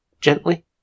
gently